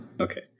Okay